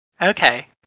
Okay